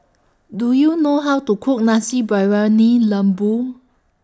Do YOU know How to Cook Nasi Briyani Lembu